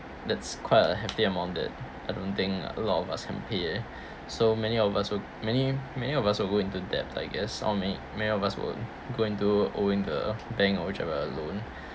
that's quite a hefty amount that I don't think a lot of us can pay eh so many of us would many many of us would go into debt I guess or many many of us would go into owing the bank or whichever loan